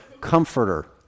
comforter